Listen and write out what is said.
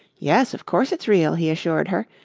yes, of course it's real, he assured her,